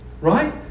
Right